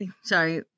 sorry